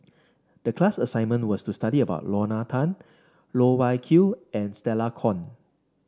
the class assignment was to study about Lorna Tan Loh Wai Kiew and Stella Kon